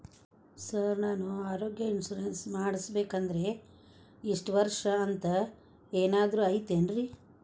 Sir ನಾನು ಆರೋಗ್ಯ insurance ಮಾಡಿಸ್ಬೇಕಂದ್ರೆ ಇಷ್ಟ ವರ್ಷ ಅಂಥ ಏನಾದ್ರು ಐತೇನ್ರೇ?